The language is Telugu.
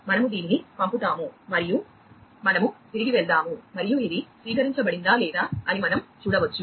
మనము దీనిని పంపుతాము మరియు మనము తిరిగి వెళ్దాము మరియు అది స్వీకరించబడిందా లేదా అని మనం చూడవచ్చు